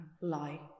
lie